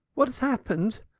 what has happened?